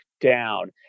down